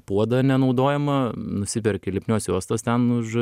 puodą nenaudojamą nusiperki lipnios juostos ten už